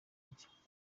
njye